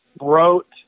wrote